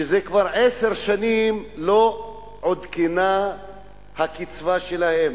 שזה כבר עשר שנים לא עודכנה הקצבה שלהם,